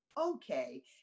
okay